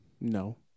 No